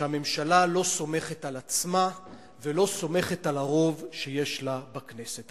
שהממשלה לא סומכת על עצמה ולא סומכת על הרוב שיש לה בכנסת.